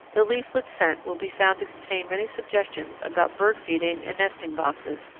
the leaflets sent will be found to contain many suggestions about bird feeding and nesting boxes,